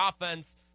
offense